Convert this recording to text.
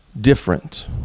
different